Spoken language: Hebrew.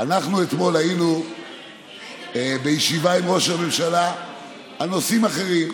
אתמול היינו בישיבה עם ראש הממשלה על נושאים אחרים,